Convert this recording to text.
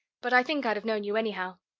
but i think i'd have known you anyhow.